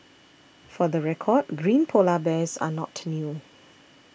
for the record green Polar Bears are not new